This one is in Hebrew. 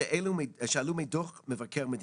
שעלו מדו"ח מבקר המדינה,